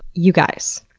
you guys.